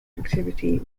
activity